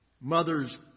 mother's